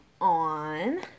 on